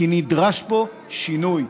כי נדרש פה שינוי.